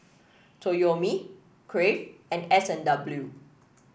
Toyomi Crave and S and W